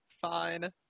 Fine